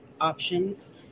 options